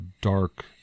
dark